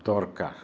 দৰকাৰ